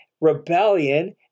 rebellion